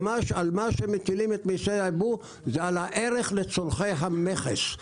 על מה שמטילים זה על הערך לצורכי המכס.